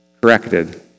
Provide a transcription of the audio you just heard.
corrected